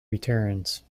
returns